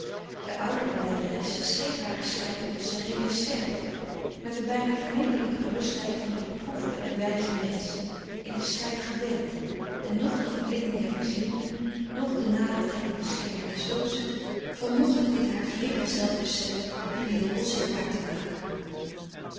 de oudere lijderes streed haren strijd met een serene sterkte met de bijna vermetele gerustheid van de beproefde en wijze mensch in den strijd gewend en noch de verblinding der vizioenen noch de nader trekkende schemer des doods vermocht dit haar vredig zelf besef geheel onzichtbaar te maken